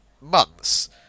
months